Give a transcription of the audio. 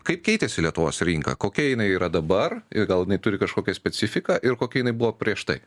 kaip keitėsi lietuvos rinka kokia jinai yra dabar gal jinai turi kažkokią specifiką ir kokia jinai buvo prieš tai